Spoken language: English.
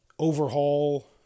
overhaul